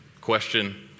question